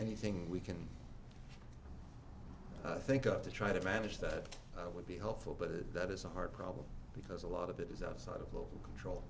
anything we can think up to try to manage that would be helpful but that is a hard problem because a lot of it is outside of local control